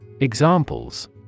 Examples